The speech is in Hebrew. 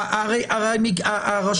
הרי הרשות.